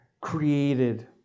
created